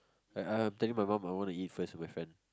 I I'm telling my mum I wanna eat first with my friend